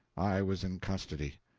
i was in custody.